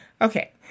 Okay